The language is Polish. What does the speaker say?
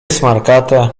smarkate